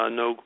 no